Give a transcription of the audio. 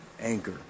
Anchor